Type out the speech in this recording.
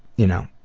you know,